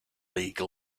league